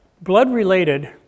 blood-related